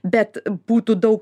bet būtų daug